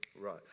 Right